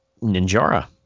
Ninjara